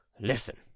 Listen